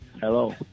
Hello